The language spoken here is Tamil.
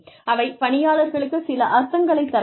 அவை பணியாளருக்கு சில அர்த்தங்களை தர வேண்டும்